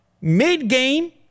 mid-game